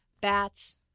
bats